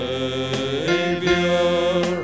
Savior